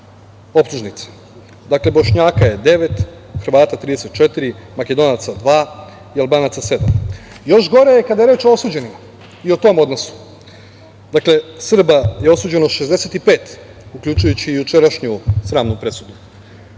optužnica. Dakle, Bošnjaka je devet, Hrvata 34, Makedonaca dva i Albanaca sedam. Još gore je kada je reč o osuđenima i o tom odnosu. Srba je osuđeno 65 uključujući i jučerašnju sramnu presudu,